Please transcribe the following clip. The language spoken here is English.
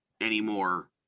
anymore